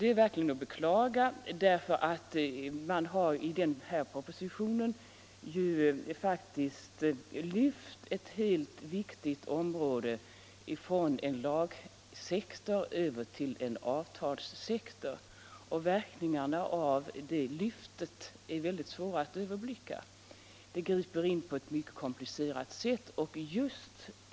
Det är verkligen att beklaga därför att man i denna proposition faktiskt har lyft ett helt, viktigt område från en lagsektor över till en avtalssektor, och verkningarna av det är synnerligen svåra att överblicka. De griper in på ett mycket komplicerat sätt.